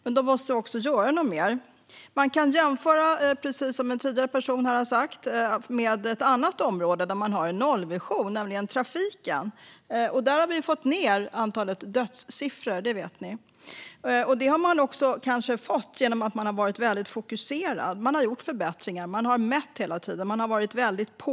Men då måste vi göra mer. Precis som en tidigare talare sa kan vi jämföra med ett annat område med nollvision, nämligen trafiken. Här har man fått ned antalet dödsfall, kanske genom att man har varit fokuserad, gjort förbättringar, hela tiden mätt och varit väldigt på.